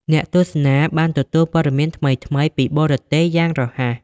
អ្នកទស្សនាបានទទួលព័ត៌មានថ្មីៗពីបរទេសយ៉ាងរហ័ស។